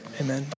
Amen